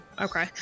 Okay